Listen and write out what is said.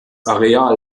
areal